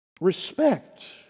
respect